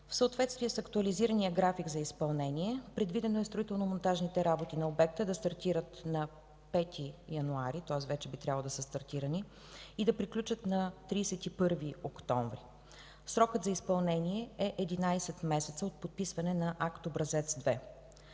В съответствие с актуализирания график за изпълнение, предвидено е строително-монтажните работи на обекта да стартират на 5 януари, тоест вече би трябвало да са стартирани, и да приключат на 31 октомври. Срокът за изпълнение е 11 месеца от подписването на Акт образец №